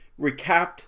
recapped